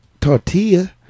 tortilla